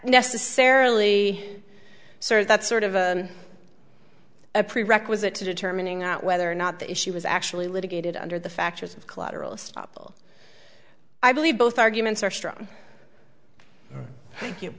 necessarily sort of that sort of a prerequisite to determining out whether or not the issue was actually litigated under the factors of collateral estoppel i believe both arguments are strong